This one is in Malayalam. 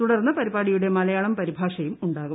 തുടർന്ന് പരിപാടിയുടെ മലയാളം പരിഭാഷയും ഉണ്ടാകും